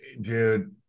dude